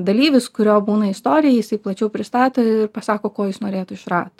dalyvis kurio būna istorija jisai plačiau pristato ir pasako ko jis norėtų iš rato